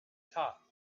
top